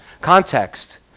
context